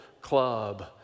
club